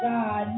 God